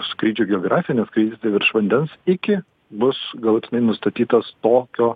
skrydžių geografiją nes kai jis dar virš vandens iki bus galutinai nustatytos tokio